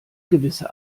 gewisse